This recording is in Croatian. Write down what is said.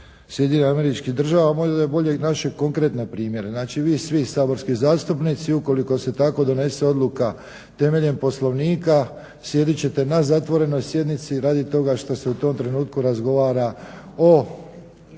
bio iznesen iz SAD možda je bolje i naše konkretne primjere. Znači vi svi saborski zastupnici ukoliko se tako donese odluka temeljem poslovnika sjedit ćete na zatvorenoj sjednici radi toga što se u tom trenutku razgovara o